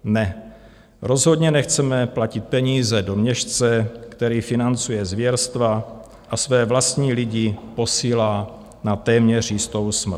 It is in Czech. Ne, rozhodně nechceme platit peníze do měšce, který financuje zvěrstva a své vlastní lidi posílá na téměř jistou smrt.